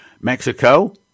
Mexico